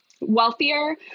wealthier